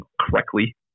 correctly